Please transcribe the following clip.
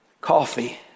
coffee